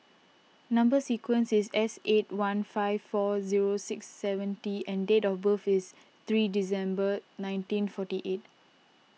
Number Sequence is S eight one five four zero six seven T and date of birth is three December nineteen forty eight